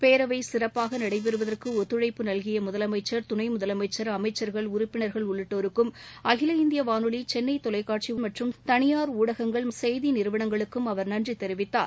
பேரவை சிறப்பாக நடைபெறுவதற்கு ஒத்துழப்பு நல்கிய முதலமைச்சா் துணை முதலமைச்சா் அமைச்ச்கள் உறுப்பினர்கள் உள்ளிட்டோருக்கும் அகில இந்திய வானொலி சென்னை தொலைக்னட்சி உள்ளிட்ட தனியார் ஊடகங்கள் மற்றும் செய்தி நிறுவனங்களுக்கும் அவர் நன்றி தெரிவித்தார்